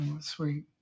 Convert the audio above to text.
sweet